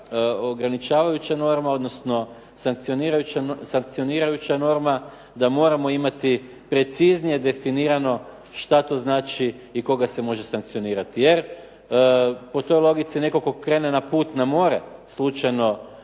ograničavajuća norama, odnosno sankcionirajuća norma, da moramo imati preciznije definirano što to znači i koga se može sankcionirati jer po toj logici, netko tko krene na put na more slučajno